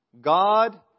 God